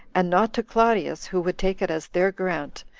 and not to claudius, who would take it as their grant,